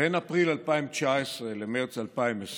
בין אפריל 2019 למרץ 2020